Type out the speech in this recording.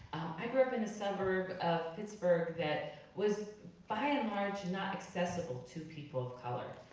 i grew up in a suburb of pittsburgh that was by and large not accessible to people of color.